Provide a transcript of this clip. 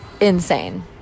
insane